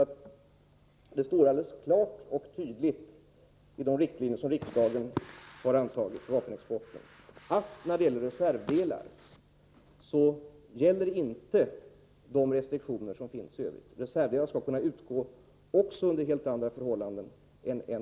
Men det står klart och tydligt i de riktlinjer som riksdagen har antagit för vapenexporten att de restriktioner som gäller i övrigt för vapenexport inte gäller beträffande reservdelar — reservdelar skall kunna levereras även under andra förhållanden.